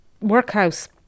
workhouse